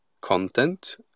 content